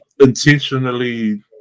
intentionally